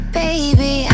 baby